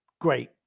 great